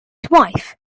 wife